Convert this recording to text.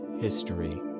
History